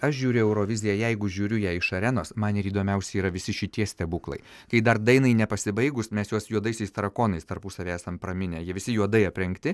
aš žiūriu eurovizija jeigu žiūriu ją iš arenos man ir įdomiausia yra visi šitie stebuklai kai dar dainai nepasibaigus mes juos juodaisiais tarakonais tarpusavy esam praminę jie visi juodai aprengti